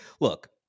look